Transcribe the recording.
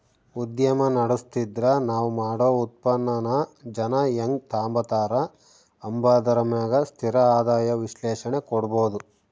ಉದ್ಯಮ ನಡುಸ್ತಿದ್ರ ನಾವ್ ಮಾಡೋ ಉತ್ಪನ್ನಾನ ಜನ ಹೆಂಗ್ ತಾಂಬತಾರ ಅಂಬಾದರ ಮ್ಯಾಗ ಸ್ಥಿರ ಆದಾಯ ವಿಶ್ಲೇಷಣೆ ಕೊಡ್ಬೋದು